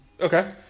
Okay